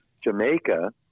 Jamaica